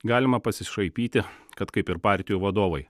galima pasišaipyti kad kaip ir partijų vadovai